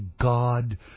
God